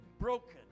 broken